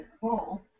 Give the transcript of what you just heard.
cool